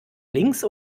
links